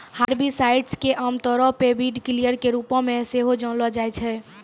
herbicides के आमतौरो पे वीडकिलर के रुपो मे सेहो जानलो जाय छै